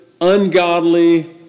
ungodly